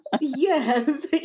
Yes